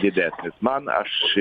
didesnis man aš